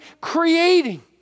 creating